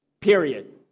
Period